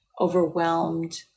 overwhelmed